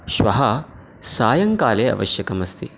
श्वः सायङ्काले आवश्यकमस्ति